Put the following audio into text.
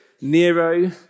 Nero